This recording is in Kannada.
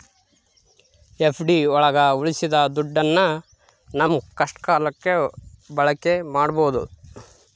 ಎಫ್.ಡಿ ಒಳಗ ಉಳ್ಸಿದ ದುಡ್ಡನ್ನ ನಮ್ ಕಷ್ಟ ಕಾಲಕ್ಕೆ ಬಳಕೆ ಮಾಡ್ಬೋದು